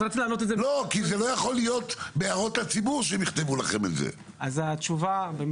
לא יכול להיות שהם יכתבו לכם את זה בהערות לציבור.